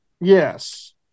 Yes